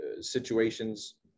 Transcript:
situations